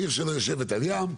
העיר שלו יושבת על ים,